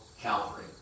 Calvary